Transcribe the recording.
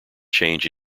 change